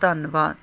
ਧੰਨਵਾਦ